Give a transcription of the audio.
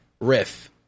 Riff